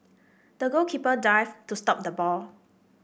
the goalkeeper dived to stop the ball